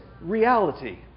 reality